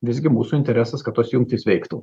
visgi mūsų interesas kad tos jungtys veiktų